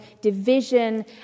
division